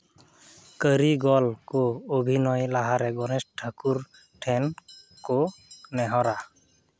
ᱠᱟᱹᱨᱤᱜᱚᱞ ᱠᱚ ᱚᱵᱷᱤᱱᱚᱭ ᱞᱟᱦᱟ ᱨᱮ ᱜᱚᱱᱮᱥ ᱴᱷᱟᱹᱠᱩᱨ ᱴᱷᱮᱱ ᱠᱚ ᱱᱮᱦᱚᱨᱟ